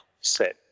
set